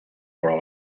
però